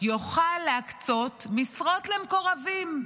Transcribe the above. יוכל להקצות משרות למקורבים.